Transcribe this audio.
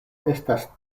estas